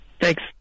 Thanks